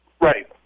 Right